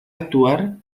actuar